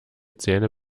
zähne